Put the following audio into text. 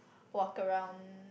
walk around